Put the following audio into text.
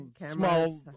small